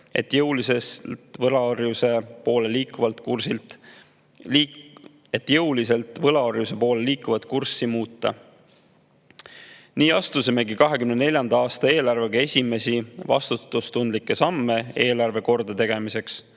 et jõuliselt võlaorjuse poole liikumise kurssi muuta. Nii astusime 2024. aasta eelarvega esimesi vastutustundlikke samme eelarve kordategemiseks.